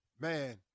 Man